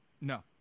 No